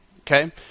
Okay